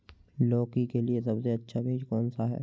लौकी के लिए सबसे अच्छा बीज कौन सा है?